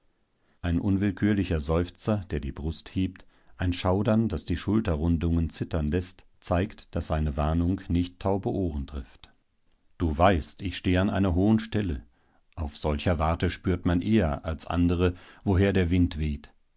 ein unwillkürlicher seufzer der die brust hebt ein schaudern das die schulterrundung zittern läßt zeigt daß seine warnung nicht taube ohren trifft du weißt ich steh an einer hohen stelle auf solcher warte spürt man eher als andere woher der wind weht